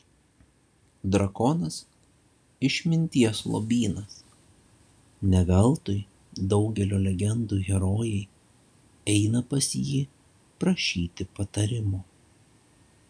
drakonas išminties lobynas ne veltui daugelio legendų herojai eina pas jį prašyti patarimo